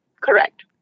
Correct